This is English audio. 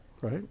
right